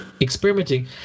experimenting